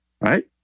right